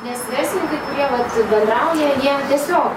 nes verslininkai kurie vat bendrauja jie tiesiog